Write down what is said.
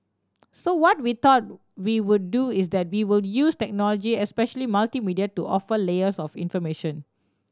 so what we thought we would do is that we will use technology especially multimedia to offer layers of information